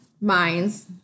minds